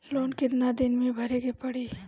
Loan कितना दिन मे भरे के पड़ी?